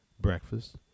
breakfast